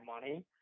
money